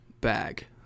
bag